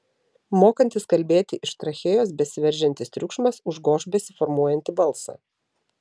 mokantis kalbėti iš trachėjos besiveržiantis triukšmas užgoš besiformuojantį balsą